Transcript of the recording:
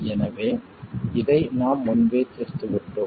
எனவே இதை நாம் முன்பே தீர்த்துவிட்டோம்